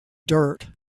dirt